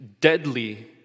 deadly